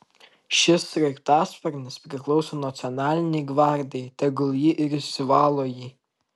šis sraigtasparnis priklauso nacionalinei gvardijai tegul ji ir išsivalo jį